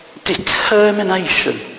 determination